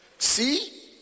see